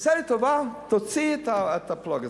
תעשה לי טובה, תוציא את הפלאג הזה.